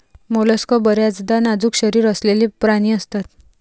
mollusc बर्याचदा नाजूक शरीर असलेले प्राणी असतात